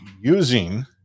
using